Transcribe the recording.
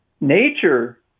nature